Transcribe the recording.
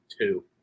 two